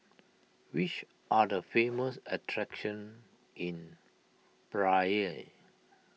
which are the famous attractions in Praia